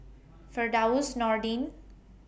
Firdaus Nordin